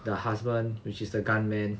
the husband which is the gunmen